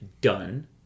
done